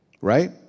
right